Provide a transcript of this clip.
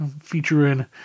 featuring